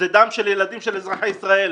זה דם של ילדים של אזרחי ישראל.